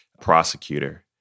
prosecutor